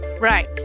right